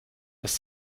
dass